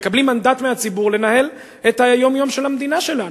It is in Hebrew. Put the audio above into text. מקבלים מנדט מהציבור לנהל את היום-יום של המדינה שלנו.